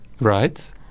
right